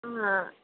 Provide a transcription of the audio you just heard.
हा